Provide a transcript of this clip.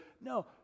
no